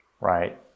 right